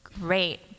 great